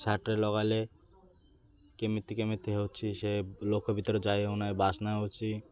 ସାର୍ଟରେ ଲଗାଇଲେ କେମିତି କେମିତି ହେଉଛି ସେ ଲୋକ ଭିତରେ ଯାଇ ହେଉ ନାହିଁ ବାସ୍ନା ହେଉଛି